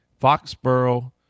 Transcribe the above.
Foxborough